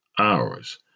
hours